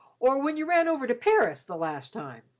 or when you ran over to paris the last time?